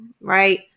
right